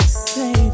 say